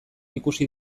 ikusi